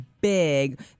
big